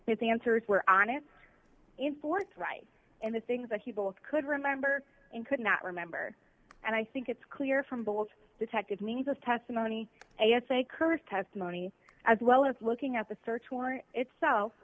the answers were honest in forthright in the things that he both could remember in could not remember and i think it's clear from boiled detective means of testimony it's a curse testimony as well as looking at the search warrant itself